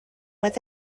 with